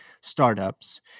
startups